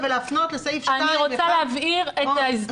אני רוצה להבהיר את ההסדר.